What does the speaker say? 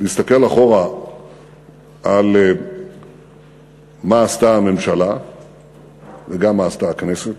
להסתכל אחורה על מה עשתה הממשלה וגם מה עשתה הכנסת,